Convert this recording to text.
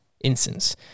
instance